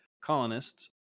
colonists